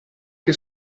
che